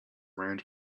round